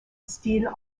style